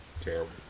Terrible